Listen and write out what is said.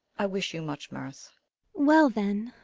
i wish you much mirth well then,